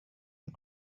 and